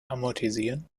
amortisieren